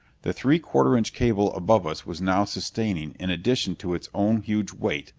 the three-quarter-inch cable above us was now sustaining, in addition to its own huge weight,